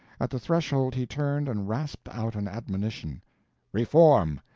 at the threshold he turned and rasped out an admonition reform!